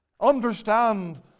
Understand